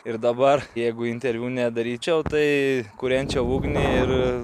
ir dabar jeigu interviu nedaryčiau tai kurenčiau ugnį ir